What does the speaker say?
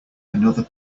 another